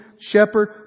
shepherd